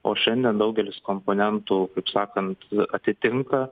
o šiandien daugelis komponentų kaip sakant atitinka